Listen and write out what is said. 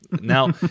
now